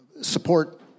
support